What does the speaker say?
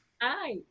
Hi